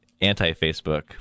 anti-Facebook